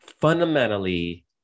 fundamentally